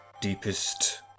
deepest